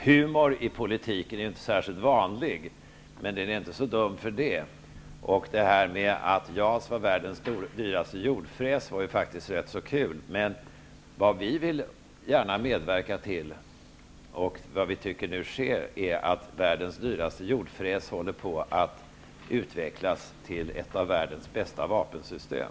Humor i politiken är inte särskilt vanligt, men den är för den skull inte så dum. Det här med JAS som världens dyraste jordfräs var faktiskt rätt så kul. Men vad vi gärna vill medverka till, och som nu verkar ske, är att världens dyraste jordfräs utvecklas till ett av världens bästa vapensystem.